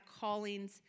callings